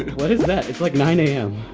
what is that? it's like nine a m.